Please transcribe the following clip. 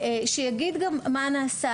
שיגיד גם מה נעשה,